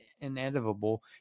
inevitable